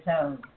own